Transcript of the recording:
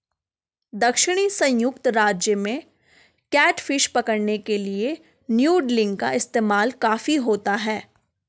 दक्षिणी संयुक्त राज्य में कैटफिश पकड़ने के लिए नूडलिंग का इस्तेमाल काफी होता है